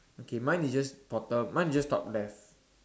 okay mine is just bottom mine is just top left